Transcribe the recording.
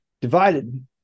divided